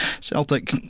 Celtic